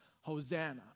Hosanna